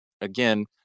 again